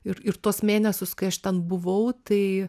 ir ir tuos mėnesius kai aš ten buvau tai